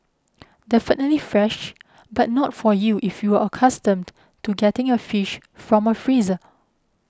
definitely fresh but not for you if you're accustomed to getting your fish from a freezer